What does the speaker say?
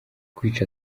kwica